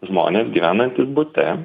žmonės gyvenantys bute